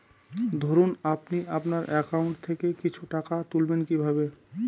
ধরুন আপনি আপনার একাউন্ট থেকে কিছু টাকা তুলবেন কিভাবে?